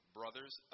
brothers